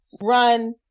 run